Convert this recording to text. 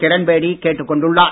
கிரண் பேடி கேட்டுக் கொண்டுள்ளார்